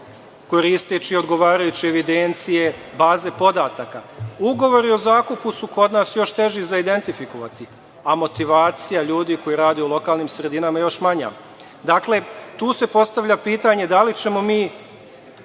koristeći odgovarajuće evidencije, baze podataka, ugovori o zakupu su kod nas još teži za identifikovati, a motivacija ljudi koji rade u lokalnim sredinama još manja, dakle, tu se postavlja pitanje da li ćemo mi